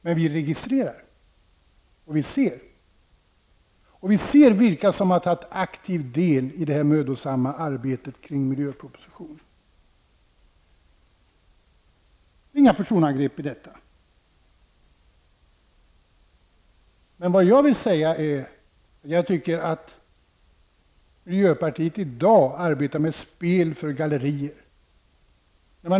Men vi registrerar, och vi ser vilka som har tagit aktiv del i det mödosamma arbetet med miljöpropositionen. Det ligger inga personangrepp i detta. Men jag tycker att miljöpartiets företrädare i dag arbetar med ett spel för gallerierna.